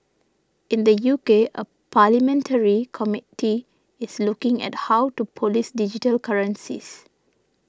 in the U K a parliamentary committee is looking at how to police digital currencies